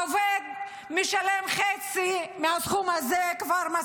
העובד כבר משלם חצי מהסכום הזה מס הכנסה.